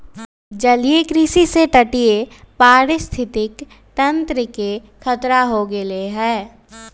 जलीय कृषि से तटीय पारिस्थितिक तंत्र के खतरा हो गैले है